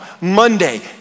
Monday